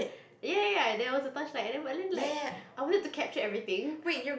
ya ya ya that was a torch light and then but then like I wanted to capture everything